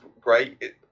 great